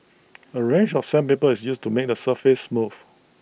A range of sandpaper is used to make the surface smooth